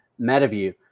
metaview